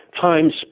times